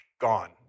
gone